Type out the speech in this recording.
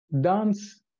Dance